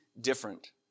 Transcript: different